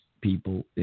people